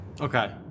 Okay